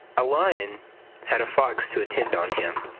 a lion had a fox to attend on him,